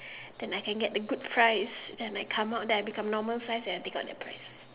then I can get the good prize then I come out then I become normal size then I take out the prize